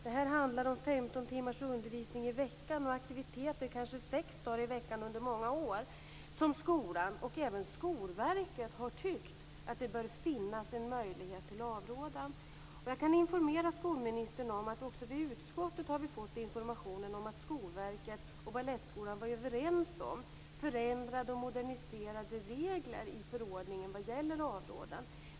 Det handlar om femton timmars undervisning i veckan och aktiviteter kanske sex dagar i veckan under många år. Skolan och även Skolverket har tyckt att det bör finnas en möjlighet till avrådan. Jag kan informera skolministern om att vi i utskottet också har fått information om att Skolverket och Balettskolan var överens om förändrade och moderniserade regler i förordningen vad gäller avrådan.